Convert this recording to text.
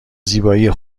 زیبایی